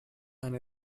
and